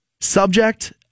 subject